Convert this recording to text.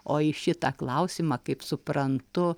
o į šitą klausimą kaip suprantu